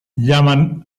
llaman